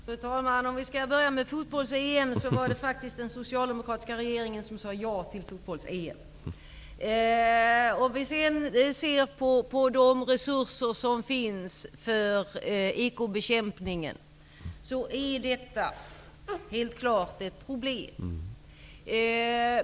Fru talman! Om vi skall börja med fotbolls-EM vill jag säga att det faktisk var den socialdemokratiska regeringen som sade ja till det. Om vi sedan skall se på de resurser som finns för ekobrottsbekämpningen finner vi att det helt klart finns problem.